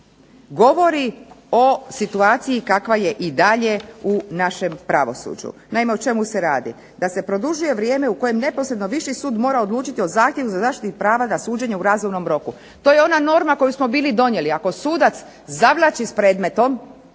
govori o situaciji kakva je i dalje u našem pravosuđu. Naime, o čemu se radi. Da se produžuje vrijeme u kojem neposredno viši sud mora odlučiti o zahtjevu za zaštitu prava na suđenje u razumnom roku. To je ona norma koju smo bili donijeli. Ako sudac zavlači s predmetom,